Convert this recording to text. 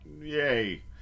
Yay